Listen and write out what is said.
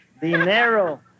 dinero